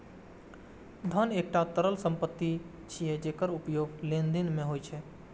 धन एकटा तरल संपत्ति छियै, जेकर उपयोग लेनदेन मे होइ छै